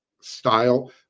Style